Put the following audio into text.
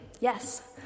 Yes